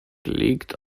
liegt